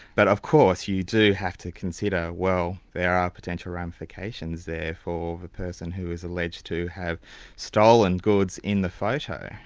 but of course, you do have to consider well, there are potential ramifications there for the person who is alleged to have stolen goods in the photo.